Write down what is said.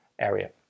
area